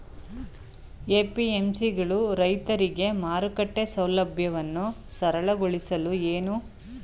APMC ಗಳು ರೈತರಿಗೆ ಮಾರುಕಟ್ಟೆ ಸೌಲಭ್ಯವನ್ನು ಸರಳಗೊಳಿಸಲು ಏನು ಕ್ರಮ ಕೈಗೊಂಡಿವೆ?